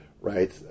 right